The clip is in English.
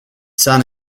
sun